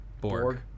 Borg